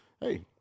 hey